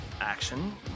action